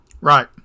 Right